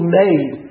made